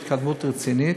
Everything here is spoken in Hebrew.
אני שמח שיש התקדמות רצינית.